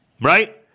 Right